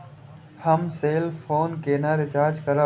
हम cell phone केना recharge करब?